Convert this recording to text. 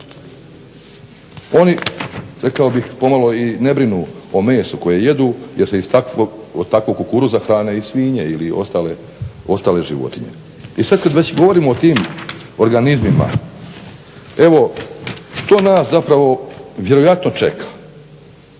Oni rekao bih pomalo i ne brinu o mesu koje jedu jer se iz takvog kukuruza hrane i svinje ili ostale životinje. I sad kad već govorim o tim organizmima evo što nas zapravo vjerojatno čeka.